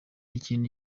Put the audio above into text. ikintu